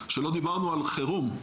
שלא דיברנו על חירום.